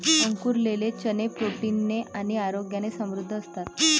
अंकुरलेले चणे प्रोटीन ने आणि आरोग्याने समृद्ध असतात